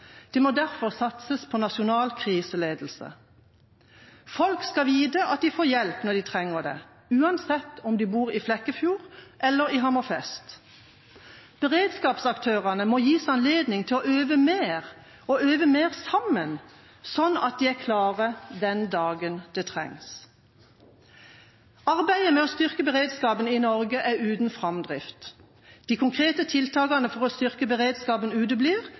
må derfor satses på nasjonal kriseledelse. Folk skal vite at de får hjelp når de trenger det, uansett om de bor i Flekkefjord eller i Hammerfest. Beredskapsaktørene må gis anledning til å øve mer, og til å øve mer sammen, slik at de er klare den dagen det trengs. Arbeidet med å styrke beredskapen i Norge er uten framdrift. De konkrete tiltakene for å styrke beredskapen